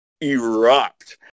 erupt